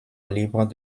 libre